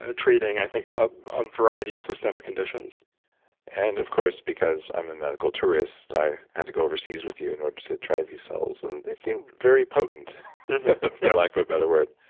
ah treating i think ah a variety of systemic conditions and of course i'm a medical tourist i had to go overseas with you in order to try v-cells and they seemed very potent for yeah lack of a better word